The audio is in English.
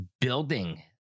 building